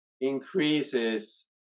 increases